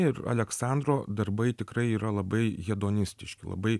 ir aleksandro darbai tikrai yra labai hedonistiški labai